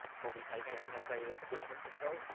probably take anything i say with a big pinch of so